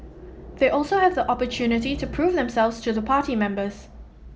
they also have the opportunity to prove themselves to the party members